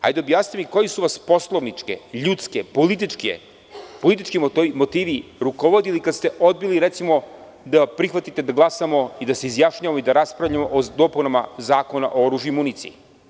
Hajde objasnite mi koje su vas poslovnički, ljudski, politički motivi rukovodili kad ste odbili, recimo, da prihvatite da glasamo i da se izjašnjavamo i da raspravljamo o dopunama Zakona o oružiju i municiji?